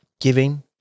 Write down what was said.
giving